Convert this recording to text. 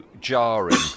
jarring